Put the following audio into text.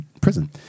prison